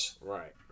right